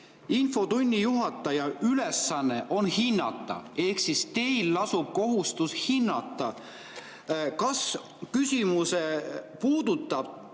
"Infotunni juhataja ülesanne on hinnata (Ehk siis teil lasub kohustus hinnata. –K. K.), kas küsimus puudutab